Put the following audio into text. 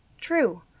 True